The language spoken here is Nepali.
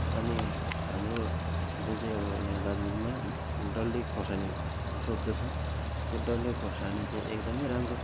अनि हाम्रो जुन चाहिँ अबो यहाँ दार्जिलिङमा डल्ले खोर्सानी रोप्दछ यो डल्ले खोर्सानी चाहिँ एकदमै राम्रो